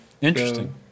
interesting